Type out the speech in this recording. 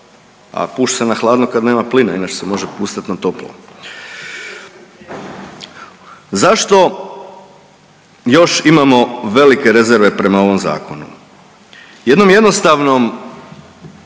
a puše na hladno kad nema plina inače se može puhat na toplo. Zašto još imamo velike rezerve prema ovom zakonu? Jednom jednostavnom